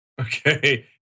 Okay